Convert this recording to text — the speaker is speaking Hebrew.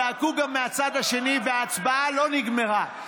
צעקו גם מהצד השני וההצבעה לא נגמרה.